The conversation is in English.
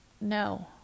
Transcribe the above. No